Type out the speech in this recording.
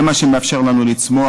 וזה מה שמאפשר לנו לצמוח,